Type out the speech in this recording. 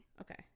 Okay